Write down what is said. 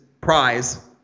prize